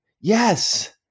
Yes